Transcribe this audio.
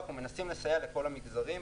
אנחנו מנסים לסייע לכל המגזרים.